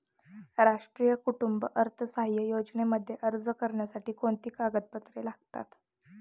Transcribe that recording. राष्ट्रीय कुटुंब अर्थसहाय्य योजनेमध्ये अर्ज करण्यासाठी कोणती कागदपत्रे लागतात?